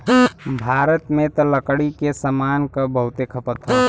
भारत में त लकड़ी के सामान क बहुते खपत हौ